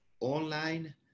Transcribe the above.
online